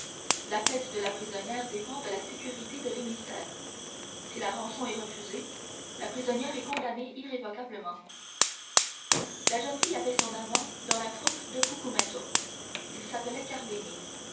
la tête de la prisonnière répond de la sécurité de l'émissaire si la rançon est refusée la prisonnière est condamnée irrévocablement la jeune fille avait son amant dans la troupe de cucumetto il s'appelait